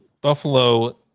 Buffalo